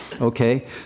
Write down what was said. Okay